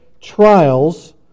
trials